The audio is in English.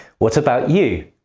what about you?